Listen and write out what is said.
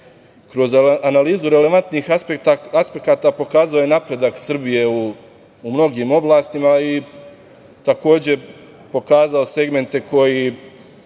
kroz analizu relevantnih aspekata pokazao je napredak Srbije u mnogim oblastima i, takođe, pokazao segmente na